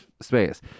space